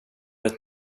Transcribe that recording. ett